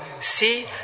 see